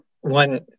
one